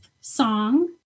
song